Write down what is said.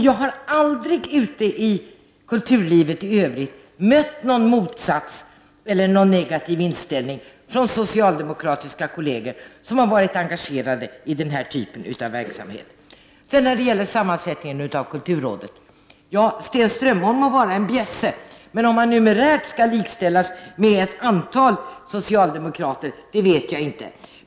Jag har aldrig ute i kulturlivet i övrigt mött någon negativ inställning från socialdemokratiska kolleger, engagerade i den här typen av verksamhet. Beträffande sammansättningen av kulturrådet vill jag säga att Stig Strömholm må vara en bjässe, men om han numerärt skall likställas med ett antal socialdemokrater vet jag inte.